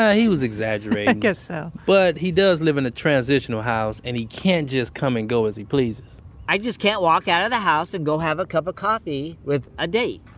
he was exaggerating i guess so but he does live in a transitional house, and he can't just come and go as he pleases i just can't walk out of the house and go have a cup of coffee with a date.